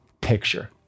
picture